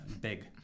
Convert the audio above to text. Big